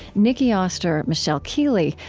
nicki oster, michelle keeley,